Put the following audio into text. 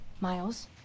Miles